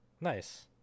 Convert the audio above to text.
Nice